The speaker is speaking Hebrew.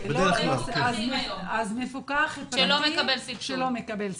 אז מפוקח פרטי שלא מקבל סבסוד.